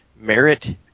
merit